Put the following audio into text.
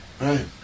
right